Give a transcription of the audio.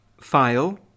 File